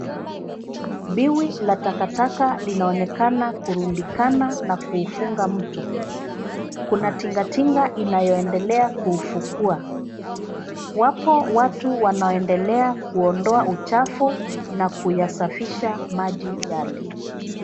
Biwi la takataka linaonekana kurundikana na kuufunga mto. Kuna tingatinga inayoendelea kuuvukua. Wapo watu wanoendelea kuondoa uchafu na kuyasafisha maji yale.